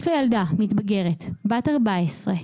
יש לה ילדה מתבגרת בת 14,